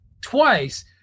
twice